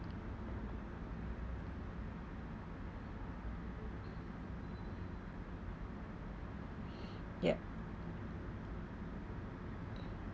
yup